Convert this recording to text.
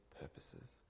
purposes